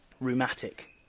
rheumatic